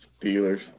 Steelers